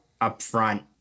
upfront